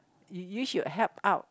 you should help out